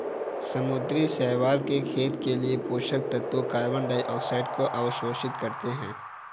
समुद्री शैवाल के खेत के लिए पोषक तत्वों कार्बन डाइऑक्साइड को अवशोषित करते है